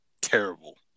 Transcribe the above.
terrible